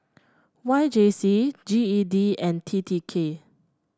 Y J C G E D and T T K